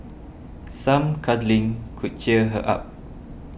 some cuddling could cheer her up